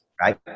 Right